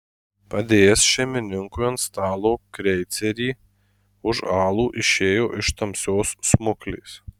padėjęs šeimininkui ant stalo kreicerį už alų išėjo iš tamsios smuklės